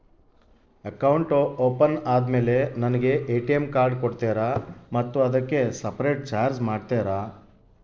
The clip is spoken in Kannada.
ಅಕೌಂಟ್ ಓಪನ್ ಆದಮೇಲೆ ನನಗೆ ಎ.ಟಿ.ಎಂ ಕಾರ್ಡ್ ಕೊಡ್ತೇರಾ ಮತ್ತು ಅದಕ್ಕೆ ಸಪರೇಟ್ ಚಾರ್ಜ್ ಮಾಡ್ತೇರಾ?